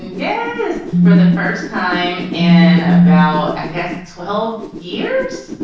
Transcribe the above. and yeah guess for the first time in about i guess twelve years.